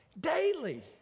daily